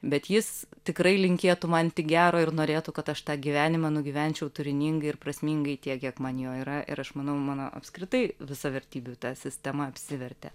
bet jis tikrai linkėtų man tik gero ir norėtų kad aš tą gyvenimą nugyvenčiau turiningai ir prasmingai tiek kiek man jo yra ir aš manau mano apskritai visa vertybių ta sistema apsivertė